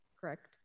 correct